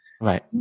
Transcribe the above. Right